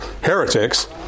heretics